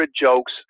jokes